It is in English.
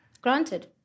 Granted